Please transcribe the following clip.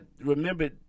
remember